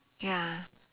ya